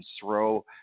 throw